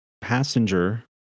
passenger